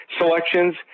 selections